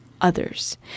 others